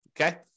Okay